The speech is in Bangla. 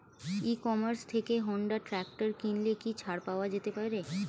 ই কমার্স থেকে হোন্ডা ট্রাকটার কিনলে কি ছাড় পাওয়া যেতে পারে?